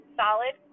solid